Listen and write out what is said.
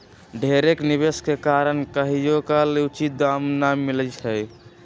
ढेरेक निवेश के कारण कहियोकाल उचित दाम न मिलइ छै